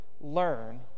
learn